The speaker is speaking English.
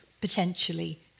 potentially